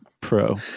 Pro